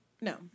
No